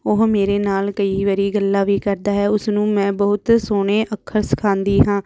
ਉਹ ਮੇਰੇ ਨਾਲ ਕਈ ਵਾਰੀ ਗੱਲਾਂ ਵੀ ਕਰਦਾ ਹੈ ਉਸ ਨੂੰ ਮੈਂ ਬਹੁਤ ਸੋਹਣੇ ਅੱਖਰ ਸਿਖਾਉਂਦੀ ਹਾਂ